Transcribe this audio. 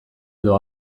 edo